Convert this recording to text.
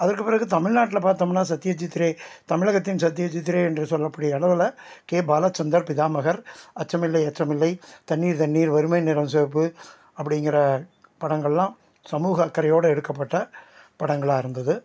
அதற்கு பிறகு தமிழ் நாட்டில் பார்த்தோம்னா சத்திய ஜித்ரே தமிழகத்தின் சத்திய ஜித்ரே என்று சொல்லக்கூடிய அளவில் கே பாலச்சந்தர் பிதாமகர் அச்சமில்லை அச்சமில்லை தண்ணீர் தண்ணீர் வறுமையின் நிறம் சிவப்பு அப்படிங்கிற படங்களெலாம் சமூக அக்கறையோடு எடுக்கப்பட்ட படங்களாக இருந்தது